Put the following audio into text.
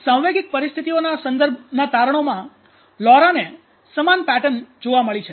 અહીં સાંવેગિક પરિસ્થિતિઓના સંદર્ભના તારણોમાં લૌરાને સમાન પેટર્ન જોવા મળી છે